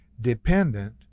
dependent